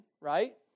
right